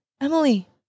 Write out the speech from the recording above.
Emily